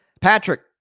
Patrick